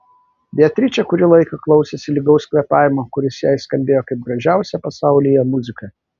beatričė kurį laiką klausėsi lygaus kvėpavimo kuris jai skambėjo kaip gražiausia pasaulyje muzika